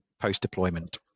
post-deployment